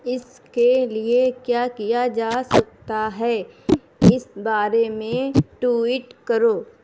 اس کے لیے کیا کیا جا سکتا ہے اس بارے میں ٹویٹ کرو